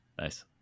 nice